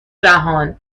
جهان